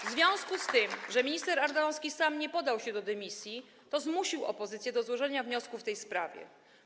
W związku z tym, że minister Ardanowski sam nie podał się do dymisji, zmusił opozycję do złożenia wniosku w tej sprawie.